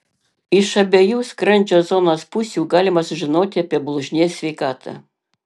iš abiejų skrandžio zonos pusių galima sužinoti apie blužnies sveikatą